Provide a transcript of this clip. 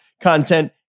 content